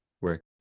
work